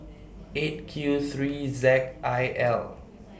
eight Q three Z I L